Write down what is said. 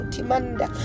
Timanda